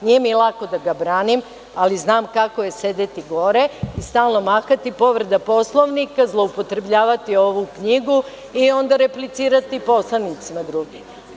Nije mi lako da ga branim, ali znam kako je sedeti gore i stalno mahati – povreda Poslovnika, zloupotrebljavati ovu knjigu i onda replicirati poslanicima drugim.